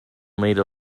made